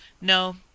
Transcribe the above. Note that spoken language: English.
no